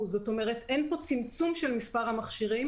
זאת אומרת שאין פה צמצום של מספר המכשירים